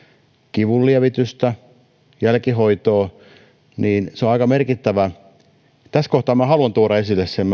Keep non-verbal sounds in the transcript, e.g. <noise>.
kivunlievitystä jälkihoitoa on aika merkittävää tässä kohtaa minä haluan tuoda esille myöskin sen <unintelligible>